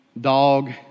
dog